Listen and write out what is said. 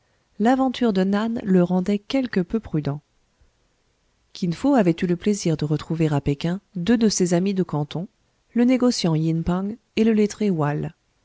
l'aventure de nan le rendait quelque peu prudent kin fo avait eu le plaisir de retrouver à péking deux de ses amis de canton le négociant yin pang et le lettré